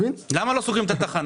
למה לא סוגרים את התחנה?